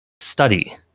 study